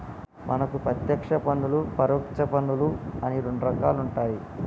మనకు పత్యేక్ష పన్నులు పరొచ్చ పన్నులు అని రెండు రకాలుంటాయి